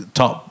top